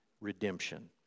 Redemption